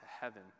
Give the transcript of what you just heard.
heaven